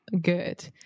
good